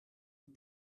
een